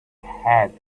had